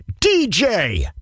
DJ